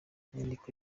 inyandiko